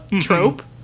trope